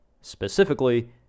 Specifically